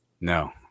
No